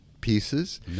pieces